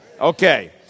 Okay